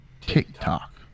TikTok